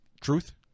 truth